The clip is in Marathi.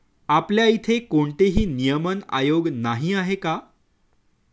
आपल्या इथे कोणतेही नियमन आयोग नाही आहे का?